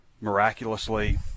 miraculously